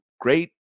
great